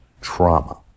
trauma